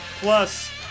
Plus